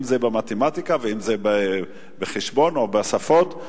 אם במתמטיקה ואם בחשבון או בשפות.